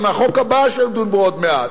גם מהחוק הבא שנדון בו עוד מעט.